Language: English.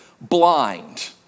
blind